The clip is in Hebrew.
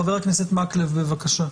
חבר הכנסת מקלב, בבקשה.